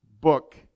book